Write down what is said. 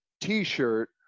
t-shirt